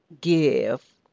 give